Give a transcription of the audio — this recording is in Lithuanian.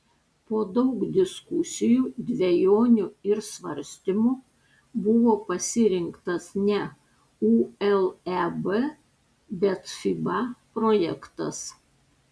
po daug diskusijų dvejonių ir svarstymų buvo pasirinktas ne uleb bet fiba projektas